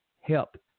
help